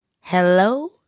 Hello